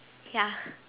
ya